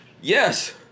Yes